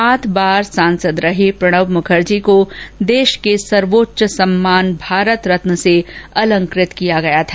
सात बार सांसद रह चुके प्रणब मुखर्जी को देश के सर्वोच्च सम्मान भारत रत्न से अलंकृत किया गया था